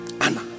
Anna